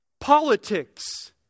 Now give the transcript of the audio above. politics